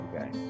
Okay